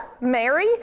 Mary